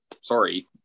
Sorry